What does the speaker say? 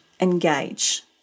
engage